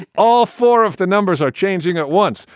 all four of the numbers are changing at once.